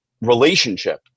relationship